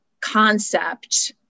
concept